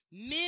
Men